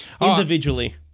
Individually